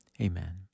Amen